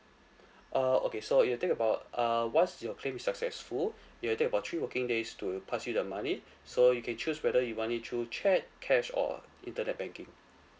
uh okay so it will take about uh once your claim is successful it will take about three working days to pass you the money so you can choose whether you want it through cheque cash or internet banking